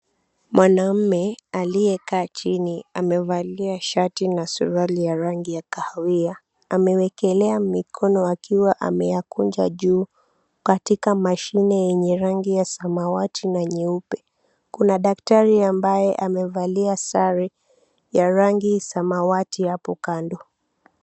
Mwanamume aliyekaa chini amevalia shati na suruali ya rangi ya kahawia. Amewekelea mikono akiwa ameyakunja juu katika mashine yenye rangi ya samawati na nyeupe. Kuna daktari ambaye amevalia sare ya rangi samawati hapo kando.